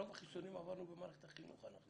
את רוב החיסונים עברנו במערכת החינוך.